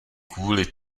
kvůli